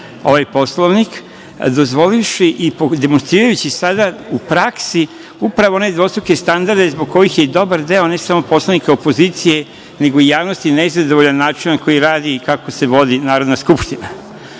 ovaj Poslovnik, dozvolivši i demonstrirajući sada u praksi upravo one dvostruke standarde zbog kojih je i dobar deo, a ne samo poslanika opozicije, nego i javnosti nezadovoljan načinom na koji radi kako se vodi Narodna skupština. Kolega